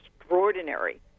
extraordinary